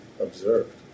observed